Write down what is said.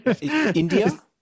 India